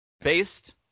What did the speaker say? based